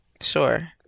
Sure